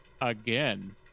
Again